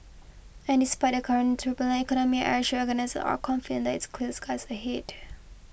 and despite the current turbulent economy Airshow organisers are confident that it's clear skies ahead